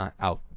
out